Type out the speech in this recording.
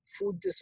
food